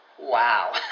Wow